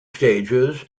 stages